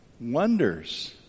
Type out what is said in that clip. Wonders